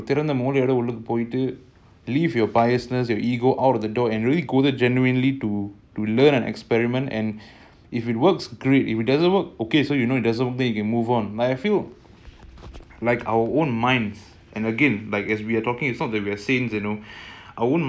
let great learning opportunities are life I I'm only golden about our own a pretty dreary incurred ya if we can just like there was a great story effort their time went on someone spoke to this a certain and elicited surrender okay